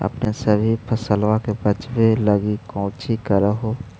अपने सभी फसलबा के बच्बे लगी कौची कर हो?